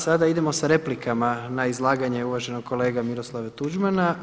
Sada idemo sa replikama na izlaganje uvaženog kolege Miroslava Tuđmana.